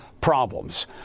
problems